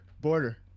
Border